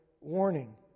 warning